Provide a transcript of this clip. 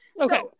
Okay